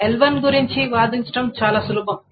L2 గురించి వాదించడం చాలా సులభం